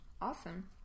awesome